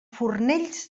fornells